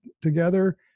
together